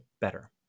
better